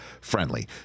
friendly